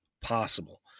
possible